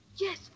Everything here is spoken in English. yes